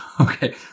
Okay